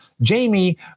Jamie